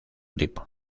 tipo